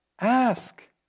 ask